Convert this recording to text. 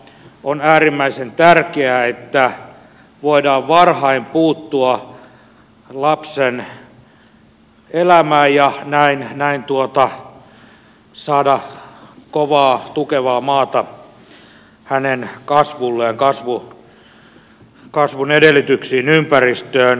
on äärimmäisen tärkeää että voidaan varhain puuttua lapsen elämään ja näin saada kovaa tukevaa maata hänen kasvulleen kasvun edellytyksiin ympäristöön